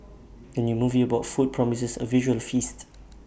the new movie about food promises A visual feast